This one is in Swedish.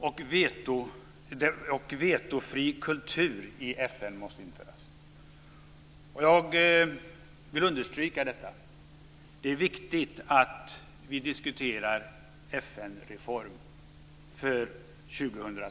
Det måste införas en vetofri kultur i FN. Jag vill understryka detta. Det är viktigt att vi diskuterar en FN-reform för 2000-talet.